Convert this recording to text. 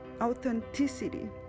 authenticity